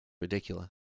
Ridiculous